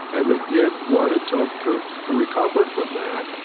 and they did what it took to to recover from that,